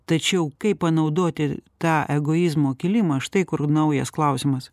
tačiau kaip panaudoti tą egoizmo kilimą štai kur naujas klausimas